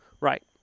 right